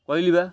କହିଲିି ବା